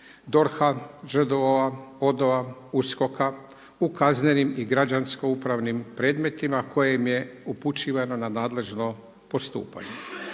DORHA-a., ŽDO-a, ODO-a, USKOK-a u kaznenim i građansko upravnim predmetnima koje im je upućivanom na nadležno postupanje.